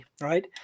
right